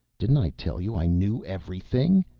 didn't i tell you i knew everything?